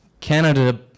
Canada